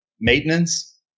maintenance